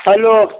hello